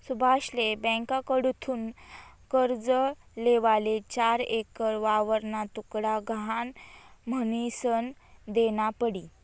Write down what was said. सुभाषले ब्यांककडथून कर्ज लेवाले चार एकर वावरना तुकडा गहाण म्हनीसन देना पडी